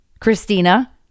Christina